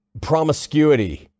promiscuity